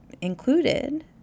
included